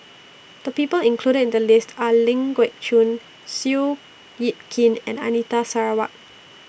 The People included in The list Are Ling Geok Choon Seow Yit Kin and Anita Sarawak